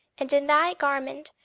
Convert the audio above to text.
and in thy garment,